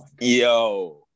Yo